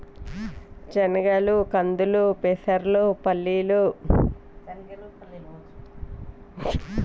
వివిధ చేలల్ల వాడే విత్తనాల పేర్లు చెప్పండి?